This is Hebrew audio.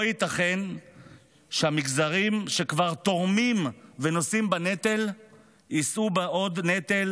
לא ייתכן שהמגזרים שכבר תורמים ונושאים בנטל יישאו בעוד נטל